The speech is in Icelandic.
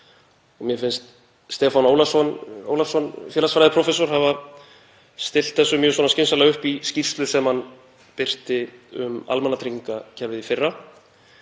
Mér finnst Stefán Ólafsson félagsfræðiprófessor hafa stillt þessu mjög skynsamlega upp í skýrslu sem hann birti um almannatryggingakerfið í fyrra